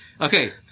okay